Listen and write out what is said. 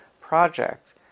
project